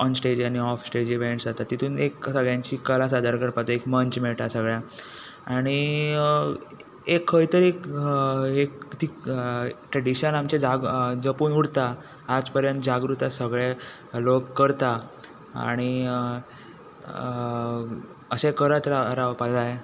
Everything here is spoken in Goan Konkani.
ऑन स्टॅज आनी ऑफ स्टॅज इव्हेंट्स जाता तितूंत सगळ्यांची कला सादर करपा खातीर एक मंच मेळटा सगळ्यांक आनी एक खंय तरी एक ट्रडिशन आमचें जपून उरता आयज पर्यान जागृतायेन सगळे लोक करता आनी अशें करत रावपाक जाय